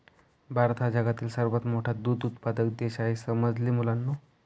भारत हा जगातील सर्वात मोठा दूध उत्पादक देश आहे समजले मुलांनो